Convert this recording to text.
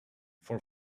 for